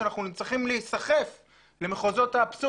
שאנחנו צריכים להיסחף למחוזות האבסורד